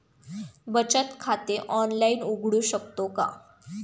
बचत खाते ऑनलाइन उघडू शकतो का?